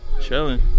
Chilling